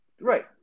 Right